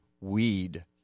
weed